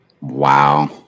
Wow